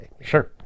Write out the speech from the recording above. Sure